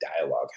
dialogue